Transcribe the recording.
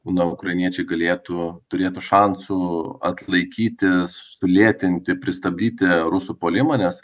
na ukrainiečiai galėtų turėtų šansų atlaikyti sulėtinti pristabdyti rusų puolimą nes